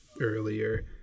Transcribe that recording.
earlier